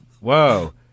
Whoa